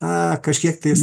na kažkiek tai jis